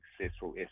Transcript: successful